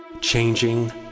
Changing